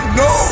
no